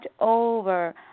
over